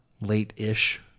late-ish